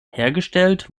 hergestellt